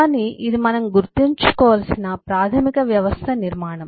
కానీ ఇది మనం గుర్తుంచుకోవలసిన ప్రాథమిక వ్యవస్థ నిర్మాణం